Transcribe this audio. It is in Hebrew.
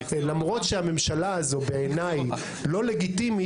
למרות שהממשלה הזו בעיניי לא לגיטימית,